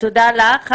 תודה לך.